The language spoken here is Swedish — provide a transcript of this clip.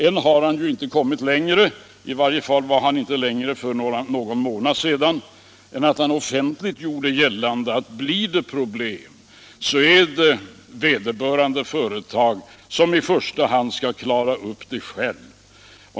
Än har han ju inte kommit längre — i varje fall hade han inte det för någon månad sedan — än att han offentligt gjort gällande att om det blir problem, så är det vederbörande företag som i första hand skall klara upp det självt.